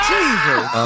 Jesus